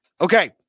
Okay